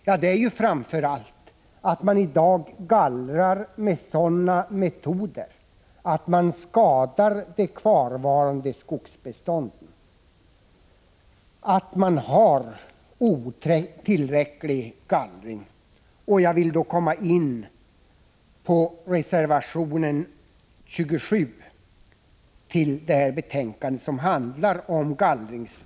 Ja, det är framför allt att man för närvarande gallrar med sådana metoder att det kvarvarande skogsbeståndet skadas och att gallringen är otillräcklig. Jag vill här komma in på reservation 27 till betänkandet, som handlar om gallringstvång.